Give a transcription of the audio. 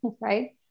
right